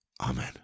Amen